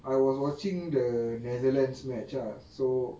I was watching the netherlands match ah so